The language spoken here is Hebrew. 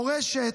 מורשת,